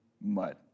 mud